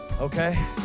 Okay